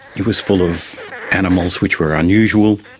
it was full of animals which were unusual,